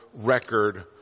record